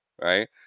right